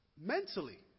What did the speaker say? mentally